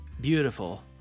beautiful